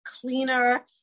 cleaner